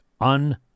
un-